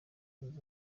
zunze